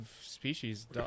species